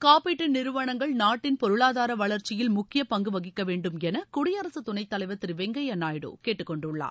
காப்பீட்டு நிறுவனங்கள் நாட்டின் பொருளாதார வளர்ச்சியில் முக்கிய பங்கு வகிக்க வேண்டுமென குடியரசு துணைத் தலைவர் திரு வெங்கய்ய நாயுடு கேட்டுக் கொண்டுள்ளார்